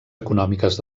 econòmiques